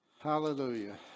Hallelujah